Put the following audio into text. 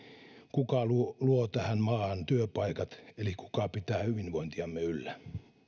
kuka luo tähän maahan työpaikat eli kuka pitää hyvinvointiamme yllä